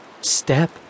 step